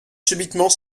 subitement